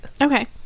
Okay